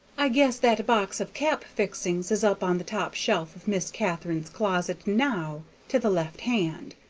i guess that box of cap-fixings is up on the top shelf of miss katharine's closet now, to the left hand,